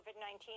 COVID-19